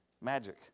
magic